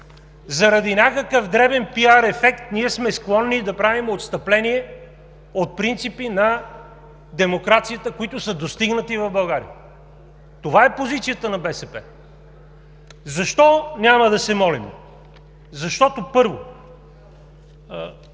заради някакъв дребен PR ефект ние сме склонни да правим отстъпление от принципи на демокрацията, които са достигнати в България. Това е позицията на БСП. Защо няма да се молим? Защото, първо,